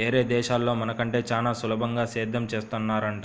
యేరే దేశాల్లో మన కంటే చానా సులభంగా సేద్దెం చేత్తన్నారంట,